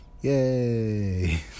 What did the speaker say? Yay